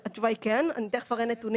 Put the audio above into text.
התשובה היא כן, אני תיכף אראה נתונים.